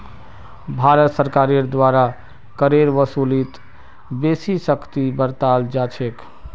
भारत सरकारेर द्वारा करेर वसूलीत बेसी सख्ती बरताल जा छेक